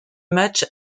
match